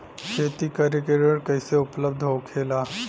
खेती करे के ऋण कैसे उपलब्ध होखेला?